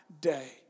day